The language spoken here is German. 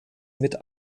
mit